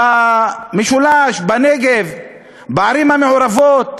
במשולש, בנגב, בערבים המעורבות,